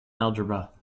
algebra